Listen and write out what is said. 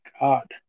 god